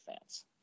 fans